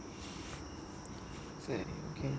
so okay